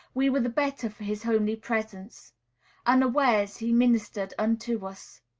we were the better for his homely presence unawares, he ministered unto us.